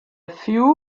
few